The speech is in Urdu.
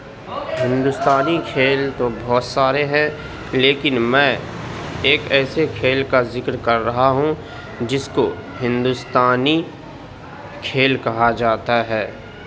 ہندوستانی کھیل تو بہت سارے ہیں لیکن میں ایک ایسے کھیل کا ذکر کر رہا ہوں جس کو ہندوستانی کھیل کہا جاتا ہے